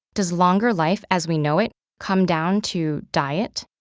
does longer life as we know it come down to diet,